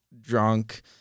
drunk